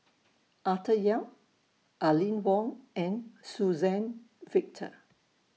Arthur Yap Aline Wong and Suzann Victor